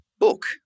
book